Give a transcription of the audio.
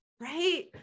Right